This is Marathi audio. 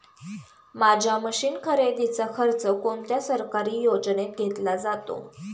माझ्या मशीन खरेदीचा खर्च कोणत्या सरकारी योजनेत घेतला जातो?